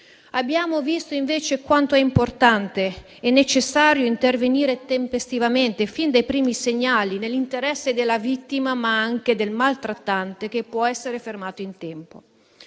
Abbiamo visto, invece, quanto è importante e necessario intervenire tempestivamente, fin dai primi segnali, nell'interesse della vittima, ma anche del maltrattante, che può essere fermato in tempo.